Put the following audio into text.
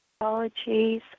Apologies